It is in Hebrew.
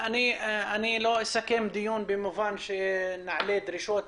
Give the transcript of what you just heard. אני לא אסכם את הדיון במובן של העלאת דרישות,